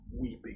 weeping